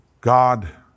God